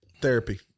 Therapy